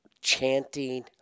chanting